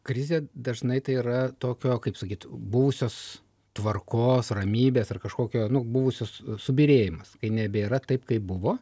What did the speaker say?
krizė dažnai tai yra tokio kaip sakyt buvusios tvarkos ramybės ar kažkokio nu buvusios subyrėjimas kai nebėra taip kaip buvo